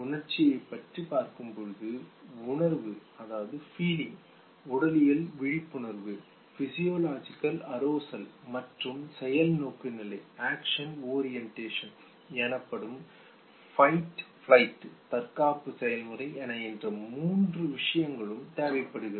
உணர்ச்சியைப் பற்றி பார்க்கும்போது உணர்வு ஃபிலீங் உடலியல் விழிப்புணர்வு ஃபிசியோலாஜிகல் அரோசல் மற்றும் செயல் நோக்குநிலை ஆக்சன் ஓரியன்டேஷன் எனப்படும் ஃபயிட் ஃபலைட்டு தற்காப்பு செயல்முறை என இந்த மூன்று விஷயங்களும் தேவைப்படுகிறது